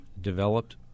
developed